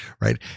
right